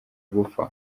gupfa